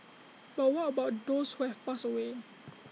but what about those who have passed away